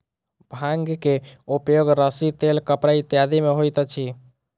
भांग के उपयोग रस्सी तेल कपड़ा इत्यादि में होइत अछि